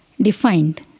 defined